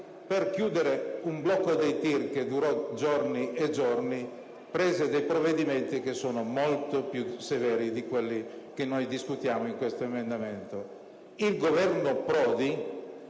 far cessare un blocco dei TIR che durò giorni e giorni, adottò dei provvedimenti molto più severi di quelli di cui discutiamo in questo emendamento. Il Governo Prodi,